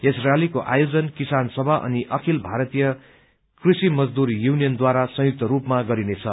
यस रैलीको आयोजन किसान सभा अनि अखिल भारतीय कृषि मजदूर यूनियनद्वारा संयुक्त रूपमा गरिनेछ